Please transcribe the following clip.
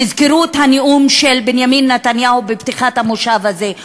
תזכרו את הנאום של בנימין נתניהו בפתיחת המושב הזה.